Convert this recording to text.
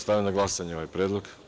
Stavljam na glasanje ovaj predlog.